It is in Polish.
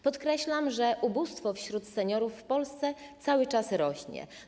Podkreślam, że ubóstwo wśród seniorów w Polsce cały czas rośnie.